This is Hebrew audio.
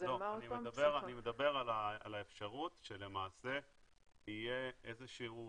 אני מדבר על האפשרות שלמעשה תהיה איזו שהיא